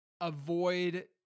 avoid